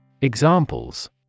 Examples